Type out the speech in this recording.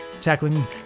tackling